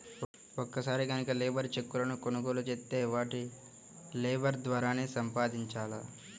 ఒక్కసారి గనక లేబర్ చెక్కులను కొనుగోలు చేత్తే వాటిని లేబర్ ద్వారానే సంపాదించాల